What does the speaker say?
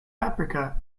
paprika